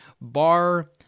bar